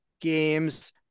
games